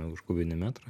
už kubinį metrą